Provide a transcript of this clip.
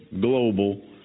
global